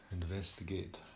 investigate